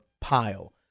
pile